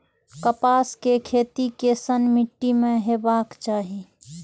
कपास के खेती केसन मीट्टी में हेबाक चाही?